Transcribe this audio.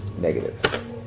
Negative